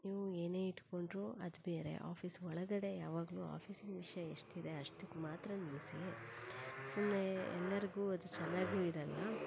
ನೀವು ಏನೇ ಇಟ್ಟುಕೊಂ ಡ್ರು ಅದು ಬೇರೆ ಆಫೀಸ್ ಒಳಗಡೆ ಯಾವಾಗಲೂ ಆಫೀಸಿನ ವಿಷಯ ಎಷ್ಟಿದೆ ಅಷ್ಟಕ್ಕೆ ಮಾತ್ರ ನಿಲ್ಲಿಸಿ ಸುಮ್ಮನೆ ಎಲ್ಲರಿಗು ಅದು ಚೆನ್ನಾಗು ಇರಲ್ಲ